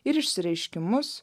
ir išsireiškimus